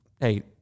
hey